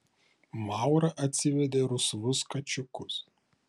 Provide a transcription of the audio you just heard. maura atsivedė rusvus kačiukus